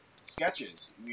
sketches